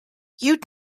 you’d